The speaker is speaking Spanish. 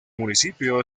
municipio